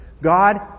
God